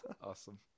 Awesome